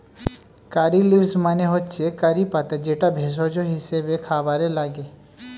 কারী leaves মানে হচ্ছে কারি পাতা যেটা ভেষজ হিসেবে খাবারে লাগে